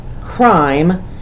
crime